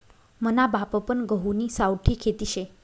मना बापपन गहुनी सावठी खेती शे